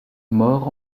mort